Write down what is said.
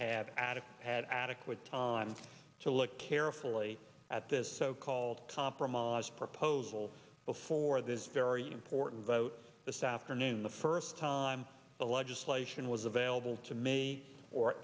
have added had adequate time to look carefully at this so called compromise proposal before this very important vote this afternoon the first time the legislation was available to me or